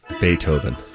Beethoven